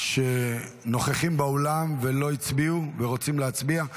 שנוכחים באולם, לא הצביעו ורוצים להצביע?